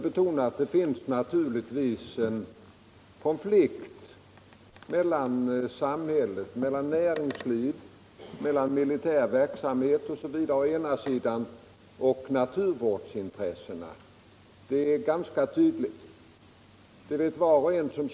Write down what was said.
Det förekommer naturligtvis en konflikt mellan å ena sidan samhället, näringslivet, militär verksamhet osv. och å andra sidan naturvårdsintressena.